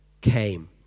came